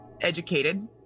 educated